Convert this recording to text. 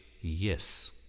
yes